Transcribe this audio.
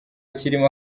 kirimo